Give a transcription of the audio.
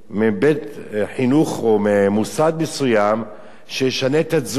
מבית-חינוך או ממוסד מסוים שישנה את התזונה